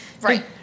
Right